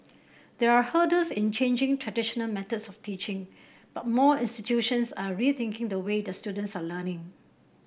there are hurdles in changing traditional methods of teaching but more institutions are rethinking the way their students are learning